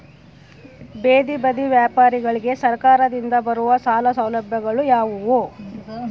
ಬೇದಿ ಬದಿ ವ್ಯಾಪಾರಗಳಿಗೆ ಸರಕಾರದಿಂದ ಬರುವ ಸಾಲ ಸೌಲಭ್ಯಗಳು ಯಾವುವು?